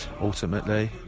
ultimately